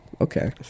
Okay